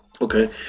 Okay